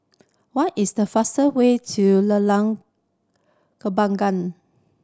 what is the fastest way to Lorong Kembagan